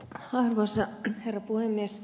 arvoisa herra puhemies